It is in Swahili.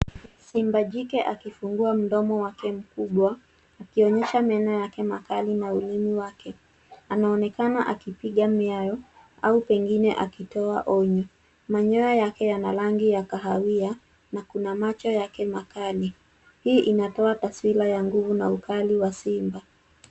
Simba jike akifungua mdomo wake mkubwa akionyesha meno yake makali na ulimi wake. Anaonekana akipiga miayo au pengine akitoa onyo. Manyoya yake yana rangi ya kahawia na kuna macho yake makali. Hii inatoa taswira ya nguvu na ukali wa simba .